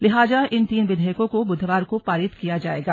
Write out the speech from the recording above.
लिहाजा इन तीनों विधेयकों को बुधवार को पारित किया जाएगा